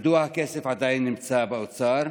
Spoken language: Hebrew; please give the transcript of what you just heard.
ברצוני לשאול: 1. מדוע הכסף עדיין נמצא באוצר?